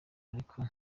ariko